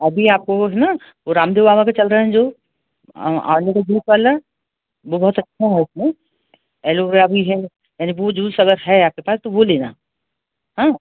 अभी आप वह ना वह रामदेव वाला जो चल रहा है जो आलू का जूस वाला वह बहुत अच्छा है उसमें एलो वेरा भी है यानि वह जूस है अगर लेना तो वह लेना हाँ